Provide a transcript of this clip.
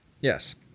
Yes